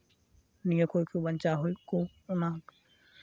ᱱᱤᱭᱟᱹ ᱠᱚ ᱠᱷᱚᱡ ᱜᱮ ᱵᱟᱧᱪᱟᱣ ᱦᱩᱭᱩᱜ ᱠᱚ ᱚᱱᱟ